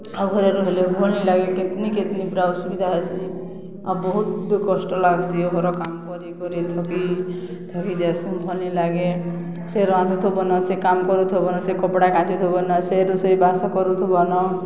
ଆଉ ଘରେ ରହେଲେ ଭଲ୍ ନି ଲାଗେ କେତ୍ନି କେତ୍ନି ପୁରା ଅସୁବିଧା ହେସି ଆଉ ବହୁତ୍ କଷ୍ଟ ଲାଗ୍ସି ଘରର୍ କାମ୍ କରି କରି ଥକି ଥକି ଯାଏସୁ ଭଲ୍ ନି ଲାଗେ ସେ ରାନ୍ଧୁଥବନ ସେ କାମ୍ କରୁଥବନ ସେ କପ୍ଡ଼ା କାଚୁଥିବନ ସେ ରୋଷେଇ ବାସ କରୁଥିବନ